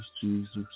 Jesus